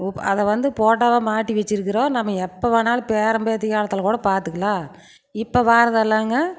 ஊப் அதை வந்து போட்டோவாக மாட்டி வெச்சு இருக்கிறோம் நம்ம எப்போ வேணாலும் பேரன் பேத்தி காலத்தில் கூட பார்த்துக்குலாம் இப்போ வாரது எல்லாங்க